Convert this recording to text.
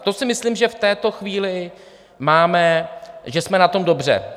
To si myslím, že v této chvíli máme, že jsme na tom dobře.